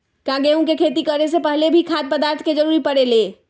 का गेहूं के खेती करे से पहले भी खाद्य पदार्थ के जरूरी परे ले?